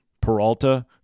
Peralta